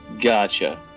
Gotcha